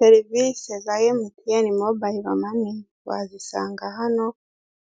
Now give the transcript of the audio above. Serivise za emutiyeni mobayilo mani wazisanga hano